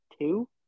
Two